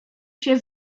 się